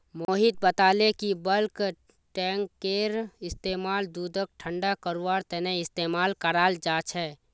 मोहित बताले कि बल्क टैंककेर इस्तेमाल दूधक ठंडा करवार तने इस्तेमाल कराल जा छे